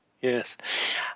Yes